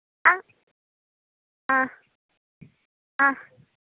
ஆ ஆ ஆ